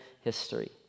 history